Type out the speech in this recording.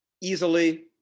easily